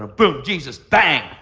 boom. jesus. bang.